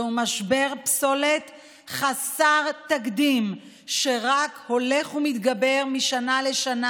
זהו משבר פסולת חסר תקדים שרק הולך ומתגבר משנה לשנה,